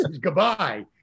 goodbye